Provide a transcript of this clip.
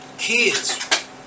Kids